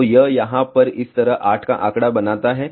तो यह यहाँ पर इस तरह 8 का आंकड़ा बनाता है